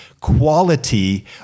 Quality